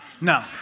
no